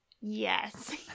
Yes